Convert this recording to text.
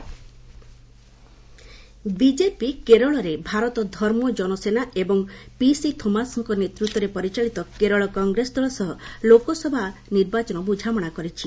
BJP Kerala alliance BJP କେରଳରେ ଭାରତ ଧର୍ମ ଜନସେନା ଏବଂ PC ଥୋମାସ୍ଙ୍କ ନେତୃତ୍ୱରେ ପରିଚାଳିତ କେରଳ କଂଗ୍ରେସ ଦଳ ସହ ଲୋକସଭା ନିର୍ବାଚନ ବୁଝାମଣା କରିଛି